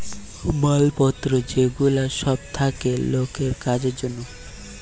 মাল পত্র যে গুলা সব থাকে লোকের কাজের জন্যে